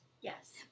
Yes